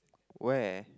where